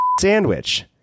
sandwich